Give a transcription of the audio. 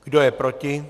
Kdo je proti?